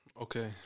Okay